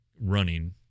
running